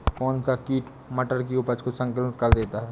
कौन सा कीट मटर की उपज को संक्रमित कर देता है?